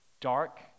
dark